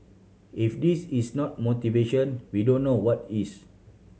if this is not motivation we don't know what is